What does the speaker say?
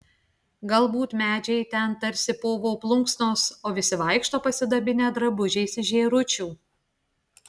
galbūt medžiai ten tarsi povo plunksnos o visi vaikšto pasidabinę drabužiais iš žėručių